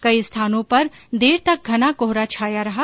कई स्थानों पर देर तक घना कोहरा छाया रहा